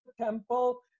temple